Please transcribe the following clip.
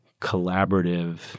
collaborative